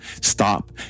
stop